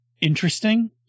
interesting